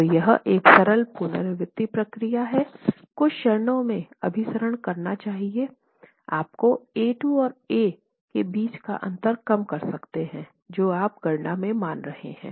तो यह एक सरल पुनरावृति प्रक्रिया हैं कुछ चरणों में अभिसरण करना चाहिए आप a 2 और a के बीच का अंतर कम कर सकते हैं जो आप गणना में मान रहे हैं